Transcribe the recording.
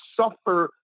suffer